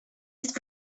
ist